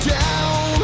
down